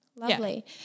Lovely